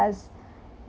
does